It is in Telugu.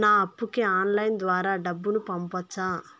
నా అప్పుకి ఆన్లైన్ ద్వారా డబ్బును పంపొచ్చా